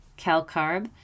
calcarb